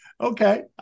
Okay